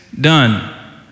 done